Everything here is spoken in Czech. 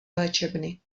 léčebny